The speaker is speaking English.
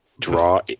draw